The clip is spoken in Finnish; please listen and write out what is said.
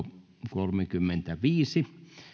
kolmekymmentäviisi